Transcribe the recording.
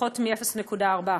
פחות מ-0.4%,